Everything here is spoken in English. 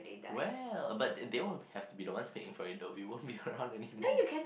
well but the~ they will be have to be the ones paying though we won't be around anymore